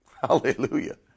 Hallelujah